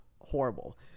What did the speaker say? horrible